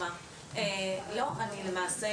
לא, אני למעשה